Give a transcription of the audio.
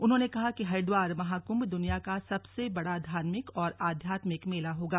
उन्होंने कहा कि हरिद्वार महाकुंभ द्वनिया का सबसे बड़ा धार्मिक और आध्यात्मिक मेला होगा